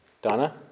Donna